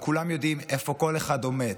וכולם יודעים איפה כל אחד עומד